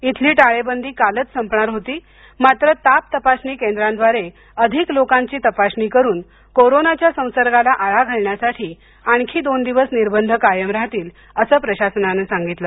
इथली टाळेबंदी कालच संपणार होती मात्र ताप तपासणी केंद्रांद्वारे अधिक लोकांची तपासणी करून कोरोनाच्या संसर्गाला आळा घालण्यासाठी आणखी दोन दिवस निर्बंध कायम असतील असं प्रशासनानं सांगितलं